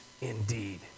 indeed